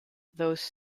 those